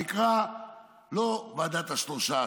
שנקרא לא ועדת השלושה,